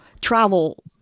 travel